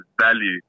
value